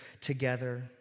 together